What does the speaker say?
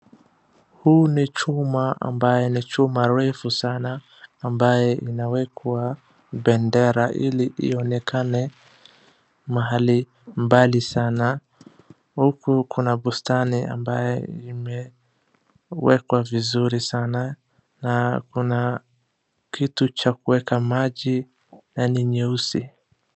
Huu ni chuma ambaye ni chuma refu sana ambaye inawekwa bendera ili ionekane mahali mbali sana. Huku kuna bustani ambaye imewekwa vizuri sana na kuna kitu cha kuweka maji na ni nyeusi.